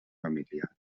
familiar